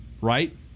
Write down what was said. right